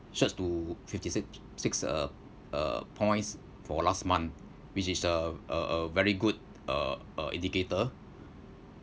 surge to fifty si~ six uh uh points for last month which is uh uh uh very good uh uh indicator